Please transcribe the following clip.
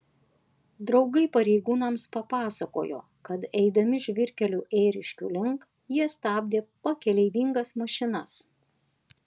draugai pareigūnams papasakojo kad eidami žvyrkeliu ėriškių link jie stabdė pakeleivingas mašinas